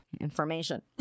information